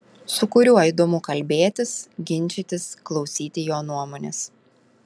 su kuriuo įdomu kalbėtis ginčytis klausyti jo nuomonės